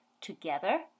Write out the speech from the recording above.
together